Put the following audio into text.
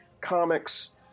comics